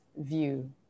view